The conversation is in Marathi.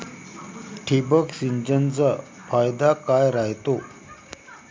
ठिबक सिंचनचा फायदा काय राह्यतो?